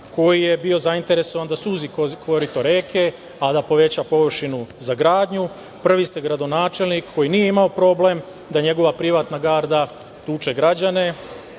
koji je bio zainteresovan da suzi korito reke, a da poveća površinu za gradnju. Prvi ste gradonačelnik koji nije imao problem da njegova privatna garda tuče građane,